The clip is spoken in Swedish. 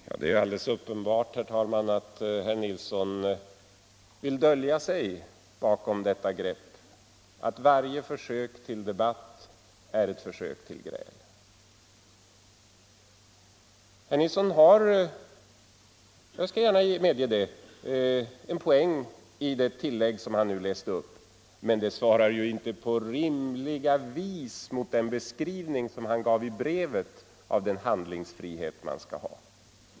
Herr talman! Det är alldeles uppenbart att herr Nilsson i Stockholm vill dölja sig bakom greppet att beteckna varje försök till debatt som ett försök till gräl. Herr Nilsson har — jag skall gärna medge det — en poäng i det tillägg som han nyss läste upp. Men det svarar inte på rimligt vis mot den beskrivning som han gav i brevet av den handlingsfrihet man skall ha.